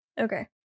Okay